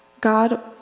God